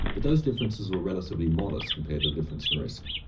but those differences were relatively modest compared to the difference in risk.